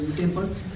temples